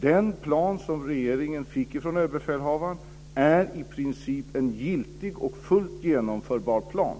Den plan som regeringen fick från överbefälhavaren är i princip en giltig och fullt genomförbar plan.